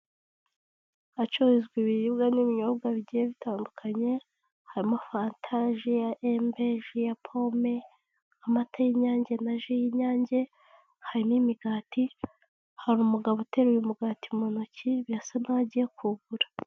Ahacururizwa ibiribwa n'ibinyobwa bigiye bitandukanye harimo: fanta, ji ya embe, ji ya pome, amata y'Inyange na ji y'Inyange, hari n'imigati, hari umugabo uteruye umugati mu ntoki birasa n'aho agiye kuwugura.